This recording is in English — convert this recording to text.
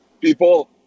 People